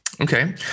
Okay